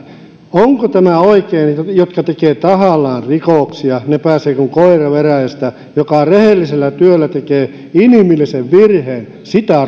onko tämä oikein ne jotka tekevät tahallaan rikoksia pääsevät kuin koira veräjästä joka on rehellisellä työllä tekee inhimillisen virheen sitä